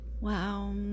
wow